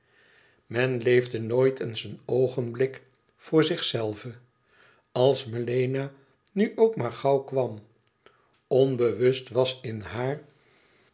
men leefde nooit eens een oogenblik voor zichzelve als melena nu ook maar gauw kwam onbewust was in haar